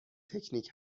تکنیک